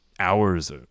Hours